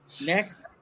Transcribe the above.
Next